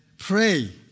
Pray